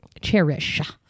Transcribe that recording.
Cherish